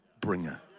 bringer